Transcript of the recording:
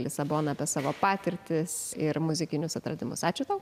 lisaboną apie savo patirtis ir muzikinius atradimus ačiū tau